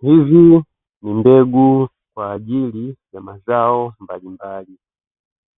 Hizi ni mbegu kwa ajili ya mazao mbalimbali,